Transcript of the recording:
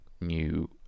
new